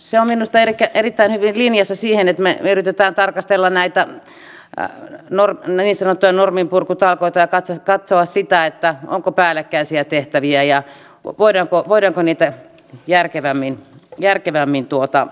se on minusta erittäin hyvin linjassa siihen että me yritämme tarkastella näitä niin sanottuja norminpurkutalkoita ja katsoa sitä onko päällekkäisiä tehtäviä ja voidaanko niitä järkevämmin jatkossa hoitaa